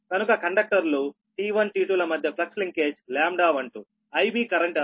కనుక కండక్టర్లు T1T2 ల మధ్య ఫ్లక్స్లింకేజ్ λ12 Ib కరెంటు అనగా Ib 0